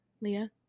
Leah